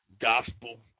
gospel